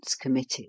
committed